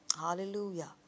hallelujah